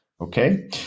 Okay